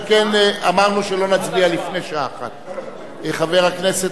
שכן אמרנו שלא נצביע לפני השעה 01:00. חבר הכנסת